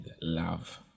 love